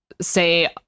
Say